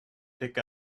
pick